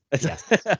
Yes